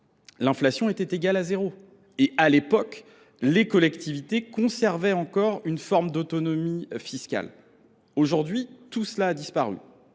l’inflation était égale à zéro. À l’époque, les collectivités avaient encore conservé une forme d’autonomie fiscale. Aujourd’hui, tout cela a disparu